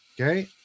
Okay